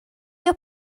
your